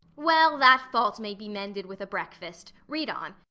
well, that fault may be mended with a breakfast. read on.